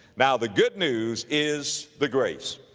now the good news is the grace.